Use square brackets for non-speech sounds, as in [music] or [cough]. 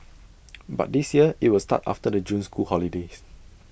[noise] but this year IT will start after the June school holidays